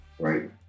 right